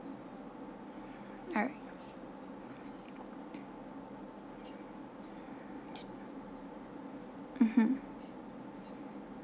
alright mmhmm